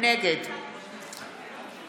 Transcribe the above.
נגד